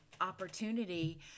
opportunity